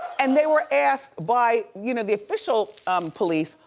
and they were asked by you know the official police,